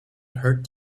hurt